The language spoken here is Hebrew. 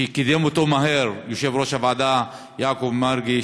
וקידם אותו מהר יושב-ראש הוועדה יעקב מרגי,